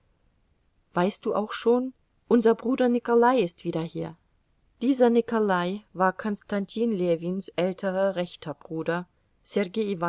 weißt du auch schon unser bruder nikolai ist wieder hier dieser nikolai war konstantin ljewins älterer rechter bruder